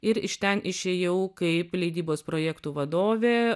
ir iš ten išėjau kaip leidybos projektų vadovė